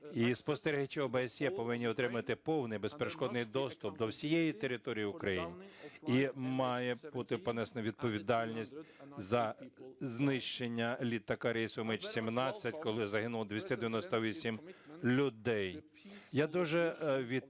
спостерігачі ОБСЄ повинні отримати повний і безперешкодний доступ до всієї території України, і має бути понесена відповідальність за знищення літака рейсу МН17, коли загинуло 298 людей.